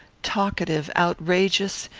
talkative, outrageous,